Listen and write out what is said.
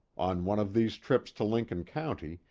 on one of these trips to lincoln county,